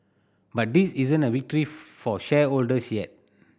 but this isn't a victory for shareholders yet